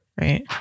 Right